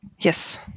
yes